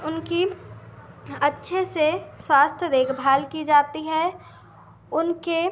उनकी हं अच्छे से स्वास्थ्य देखभाल की जाती है उनके